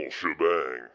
shebang